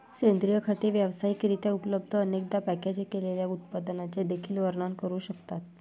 सेंद्रिय खते व्यावसायिक रित्या उपलब्ध, अनेकदा पॅकेज केलेल्या उत्पादनांचे देखील वर्णन करू शकतात